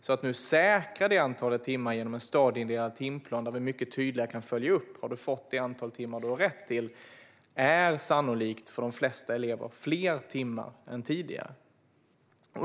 Nu säkrar vi alltså antalet timmar genom en stadieindelad timplan där vi mycket tydligare kan följa upp om man har fått det antal man har rätt till, vilket sannolikt ger de flesta elever fler timmar än tidigare.